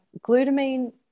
Glutamine